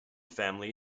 family